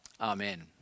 Amen